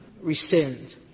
rescind